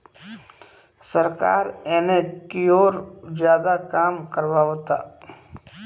सरकार एने कियोर ज्यादे काम करावता